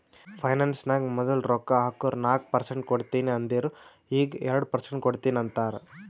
finance ನಾಗ್ ಮದುಲ್ ರೊಕ್ಕಾ ಹಾಕುರ್ ನಾಕ್ ಪರ್ಸೆಂಟ್ ಕೊಡ್ತೀನಿ ಅಂದಿರು ಈಗ್ ಎರಡು ಪರ್ಸೆಂಟ್ ಕೊಡ್ತೀನಿ ಅಂತಾರ್